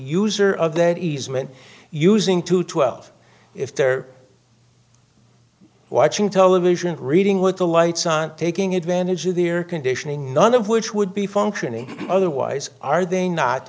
user of that easement using to twelve if they're watching television reading with the lights on taking advantage of the air conditioning none of which would be functioning otherwise are they not